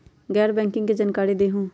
गैर बैंकिंग के जानकारी दिहूँ?